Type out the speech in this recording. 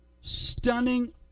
stunning